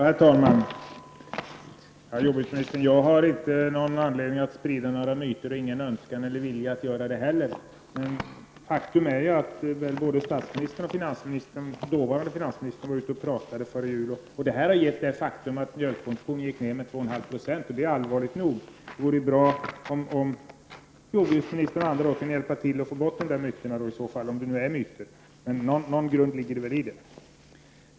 Herr talman! Jag har ingen anledning att sprida några myter, herr jordbruksminister, och inte heller någon önskan eller vilja att göra det. Men faktum är ju att både statsministern och dåvarande finansministern var ute och pratade före jul, vilket ledde till att mjölkproduktionen gick ned med 2,5 Ze, och det är allvarligt nog. Det vore bra om jordbruksministern och andra kunde hjälpa till att få bort de där myterna — om det nu är myter. Men någon grund finns det väl i detta.